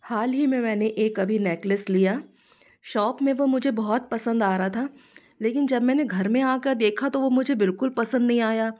हाल ही में मैंने एक अभी नेकलेस लिया शॉप में वो मुझे बहुत पसंद आ रहा था लेकिन जब मैं घर में आकर देखा तो वो मुझे बिलकुल पसंद नहीं आया